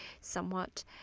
somewhat